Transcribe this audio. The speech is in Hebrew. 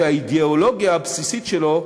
שהאידיאולוגיה הבסיסית שלו,